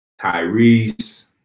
Tyrese